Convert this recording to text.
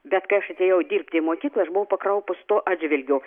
bet kai aš atėjau dirbti į mokyklą aš buvau pakraupus tuo atžvilgiu